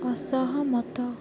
ଅସହମତ